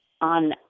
on